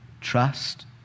trust